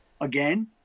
Again